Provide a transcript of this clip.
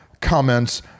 comments